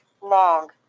long